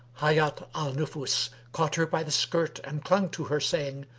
hayat al-nufus caught her by the skirt and clung to her saying,